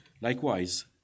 Likewise